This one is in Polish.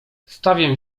stawię